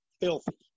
filthy